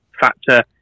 factor